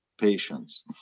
patients